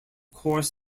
course